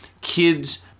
kids